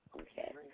Okay